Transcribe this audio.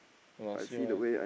!wah! see what